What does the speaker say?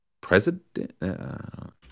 president